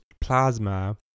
plasma